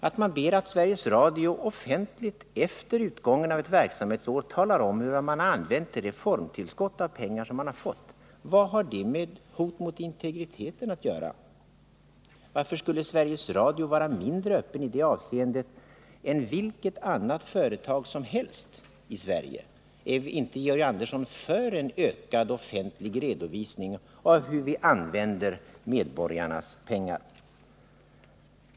Att man ber att Sveriges Radio offentligt efter utgången av ett verksamhetsår talar om hur man har använt det tillskott av reformpengar som man har fått — vad har det med hot mot integriteten att göra? Varför skulle Sveriges Radio vara mindre öppen i det avseendet än vilket annat företag som helst? Är inte Georg Andersson för en ökad offentlig redovisning av hur vi använder medborgarnas pengar?